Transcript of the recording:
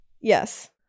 Yes